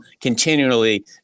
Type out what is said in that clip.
continually